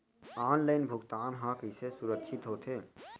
Online भुगतान हा कइसे सुरक्षित होथे?